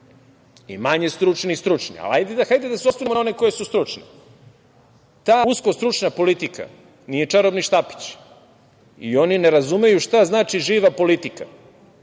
i manje stručni i stručni. Hajde da se osvrnemo na one koji su stručni. Ta usko stručna politika nije čarobni štapić i oni ne razumeju šta znači živa politika.